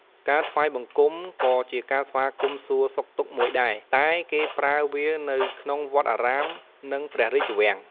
ការថ្វាយបង្គំក៏ជាការស្វាគមន៍សួរសុខទុក្ខមួយដែរ តែគេប្រើវានៅក្នុងវត្តអារាម និងព្រះរាជវាំង។